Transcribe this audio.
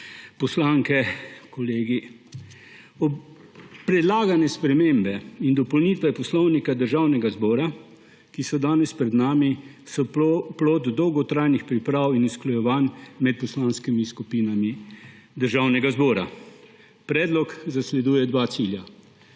poslanke, kolegi! Predlagane spremembe in dopolnitve Poslovnika državnega zbora, ki so danes pred nami, so plod dolgotrajnih priprav in usklajevanj med poslanskimi skupinami Državnega zbora. Predlog zasleduje dva cilja.